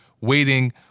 waiting